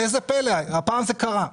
הפעם זה קרה.